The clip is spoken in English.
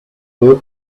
work